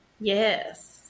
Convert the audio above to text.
yes